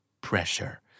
pressure